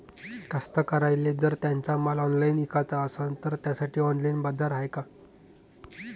कास्तकाराइले जर त्यांचा माल ऑनलाइन इकाचा असन तर त्यासाठी ऑनलाइन बाजार हाय का?